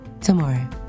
tomorrow